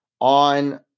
on